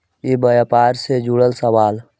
ई व्यापार से जुड़ल सवाल?